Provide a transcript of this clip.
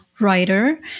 writer